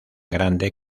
grande